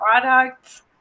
products